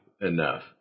enough